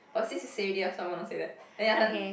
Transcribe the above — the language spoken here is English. but since you say already also I want to say that then your turn